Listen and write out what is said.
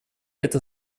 эта